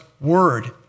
word